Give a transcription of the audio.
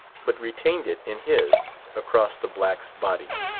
but retained it in his, across the black's body.